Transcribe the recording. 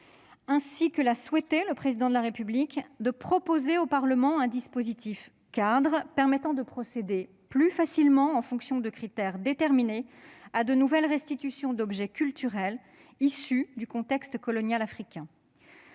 ainsi que l'a souhaité le Président de la République, la proposition au Parlement d'un dispositif-cadre, qui permettra de procéder plus facilement, en fonction de critères définis précisément, à de nouvelles restitutions d'objets culturels issus du contexte colonial africain.